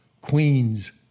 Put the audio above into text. Queens